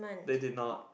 they did not